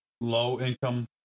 low-income